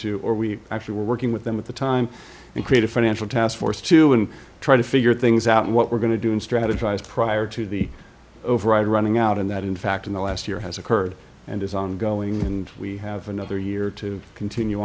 to or we actually were working with them at the time and create a financial taskforce to and try to figure things out and what we're going to do in strategize prior to the override running out in that in fact in the last year has occurred and is ongoing and we have another year to continue